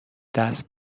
دست